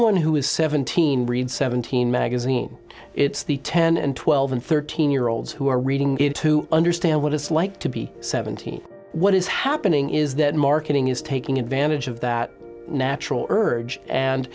one who is seventeen read seventeen magazine it's the ten and twelve and thirteen year olds who are reading it to understand what it's like to be seventeen what is happening is that marketing is taking advantage of that natural urge and